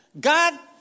God